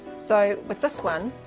so with this one,